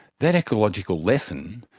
that ecological lesson,